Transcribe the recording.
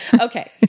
Okay